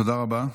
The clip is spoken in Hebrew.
תודה רבה.